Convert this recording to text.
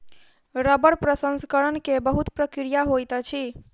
रबड़ प्रसंस्करण के बहुत प्रक्रिया होइत अछि